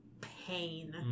pain